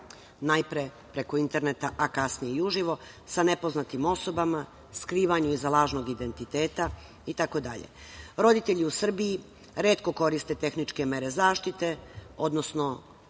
najpre preko interneta, a kasnije i uživo, sa nepoznatim osobama, skrivanju iza lažnog identiteta itd. Roditelji u Srbiji retko koriste tehničke mere zaštite, odnosno